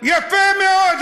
יפה מאוד.